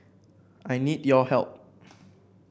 I need your help